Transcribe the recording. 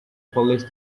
police